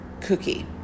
cookie